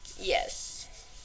Yes